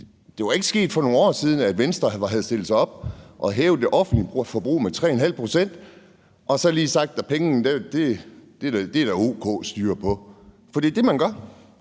Det var ikke sket for nogle år siden, at Venstre havde stillet sig op og havde hævet det offentlige forbrug med 3½ pct. og så lige sagt, at pengene er der o.k. styr på. For det er det, man gør.